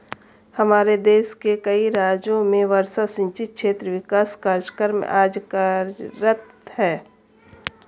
हमारे देश के कई राज्यों में वर्षा सिंचित क्षेत्र विकास कार्यक्रम आज कार्यरत है